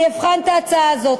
אני אבחן את ההצעה הזאת.